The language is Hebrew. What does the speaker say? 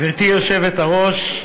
גברתי היושבת-ראש,